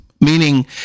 meaning